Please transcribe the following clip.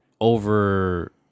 Over